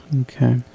Okay